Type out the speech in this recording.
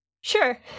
Sure